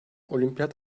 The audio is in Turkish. olimpiyat